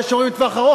ויש שרואים לטווח ארוך.